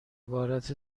عبارت